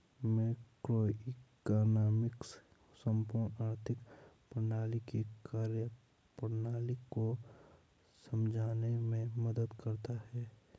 macroeconomics संपूर्ण आर्थिक प्रणाली की कार्यप्रणाली को समझने में मदद करता है